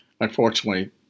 unfortunately